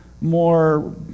more